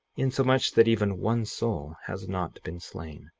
insomuch that even one soul has not been slain.